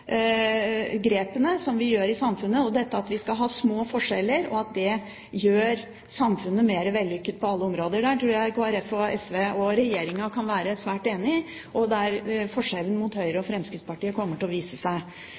grepene som vi gjør i samfunnet – dette at vi skal ha små forskjeller, og at dette gjør samfunnet mer vellykket på alle områder. Der tror jeg Kristelig Folkeparti, SV og regjeringen kan være svært enige, og der kommer forskjellen i forhold til Høyre og Fremskrittspartiet til å vise seg.